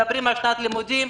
מדברים על שנת לימודים.